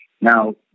Now